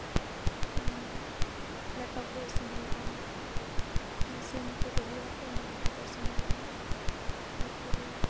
ᱟᱨ ᱞᱮᱴᱚ ᱠᱚ ᱤᱥᱤᱱ ᱦᱩᱭᱩᱜᱼᱟ ᱥᱤᱢ ᱠᱚ ᱜᱚᱡ ᱦᱩᱭᱩᱜᱼᱟ ᱛᱚ ᱚᱱᱟ ᱞᱮᱴᱚ ᱠᱚ ᱤᱥᱤᱱ ᱦᱩᱭᱩᱜᱼᱟ ᱛᱟᱨᱯᱚᱨᱮ